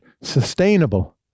sustainable